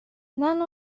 none